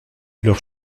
leurs